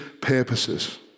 purposes